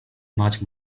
much